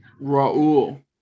Raul